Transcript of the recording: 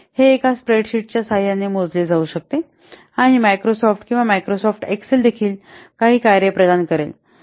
हे एका स्प्रेडशीटच्या सहाय्याने मोजले जाऊ शकते आणि मायक्रोसॉफ्ट किंवा मायक्रोसॉफ्ट एक्सेल देखील काही कार्ये प्रदान करेल